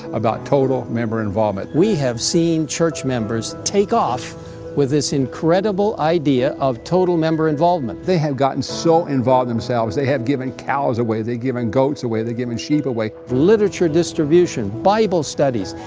about total member involvement. we have seen church members take off with this incredible idea of total member involvement. they have gotten so involved themselves, they have given cows away, they'd given goats away, they've given sheep away. literature distribution, bible studies,